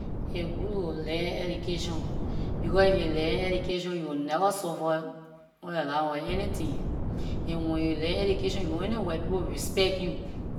Aay good to learn education, because if you learn education you will never suffer on the line of anything and when you learn education you go anywhere people will respect you.